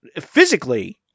physically